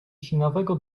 sinawego